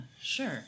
sure